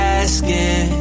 asking